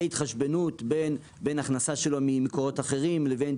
תהיה התחשבנות בין הכנסה שלו ממקורות אחרים לבין